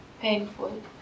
Painful